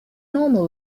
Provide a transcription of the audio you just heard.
normal